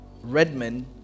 Redman